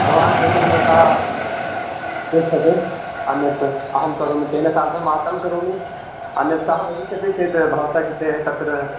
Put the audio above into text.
भवान् एकनिमेषः तिष्ठतु अन्यत् अहं करोमि तेन सार्धं वार्तां करोमि अन्यत् सः वदिष्यति चेत् भवतः कृते तत्र